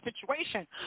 situation